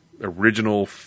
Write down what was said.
Original